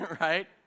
Right